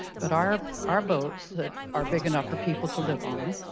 but our our boats that are big enough for people to live on,